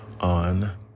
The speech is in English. on